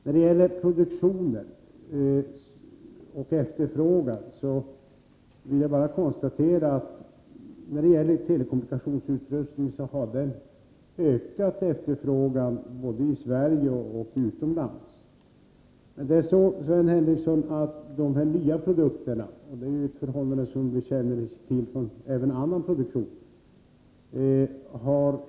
När det gäller produktion och efterfrågan vill jag konstatera att efterfrågan på telekommunikationsutrustning har ökat både i Sverige och utomlands. Men, Sven Henricsson, dessa nya produkter har ett lägre sysselsättningsinnehåll — det är ett förhållande som vi känner till beträffande även andra produkter.